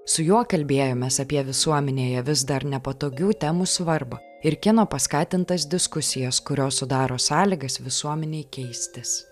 su juo kalbėjomės apie visuomenėje vis dar nepatogių temų svarbą ir kino paskatintas diskusijas kurios sudaro sąlygas visuomenei keistis